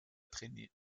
traînée